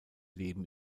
leben